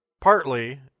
Partly